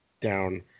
down